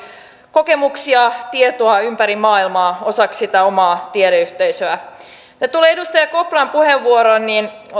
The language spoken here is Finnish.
kokemuksia tietoa ympäri maailmaa osaksi sitä omaa tiedeyhteisöä mitä tulee edustaja kopran puheenvuoroon niin